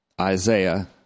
Isaiah